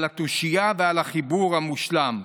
על התושייה ועל החיבור המושלם.